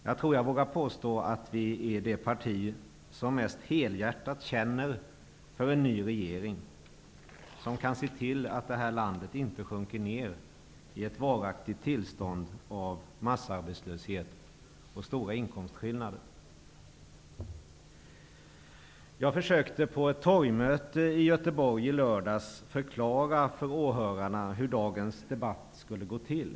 Jag tror att jag vågar påstå att vi är det parti som mest helhjärtat känner för en ny regering som kan se till att landet inte sjunker ned i ett varaktigt tillstånd av massarbetslöshet och stora inkomstskillnader. Jag försökte på ett torgmöte i Göteborg i lördags förklara för åhörarna hur dagens debatt skulle gå till.